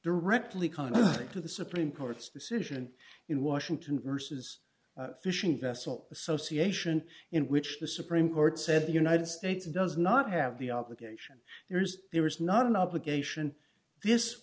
contrary to the supreme court's decision in washington versus fishing vessel association in which the supreme court said the united states does not have the obligation there's there is not an obligation this